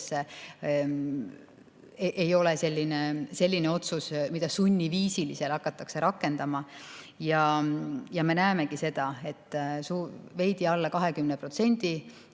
ei ole selline otsus, mida sunniviisiliselt hakatakse rakendama. Ja me näemegi, et veidi alla 20%